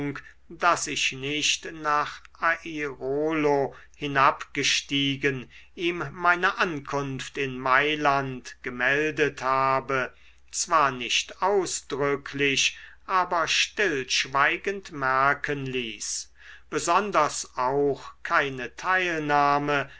daß ich nicht nach airolo hinabgestiegen ihm meine ankunft in mailand gemeldet habe zwar nicht ausdrücklich aber stillschweigend merken ließ besonders auch keine teilnahme